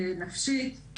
נפשית,